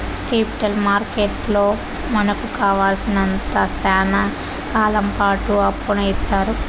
capital మార్కెట్లో మనకు కావాలసినంత శ్యానా కాలంపాటు అప్పును ఇత్తారు